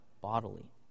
bodily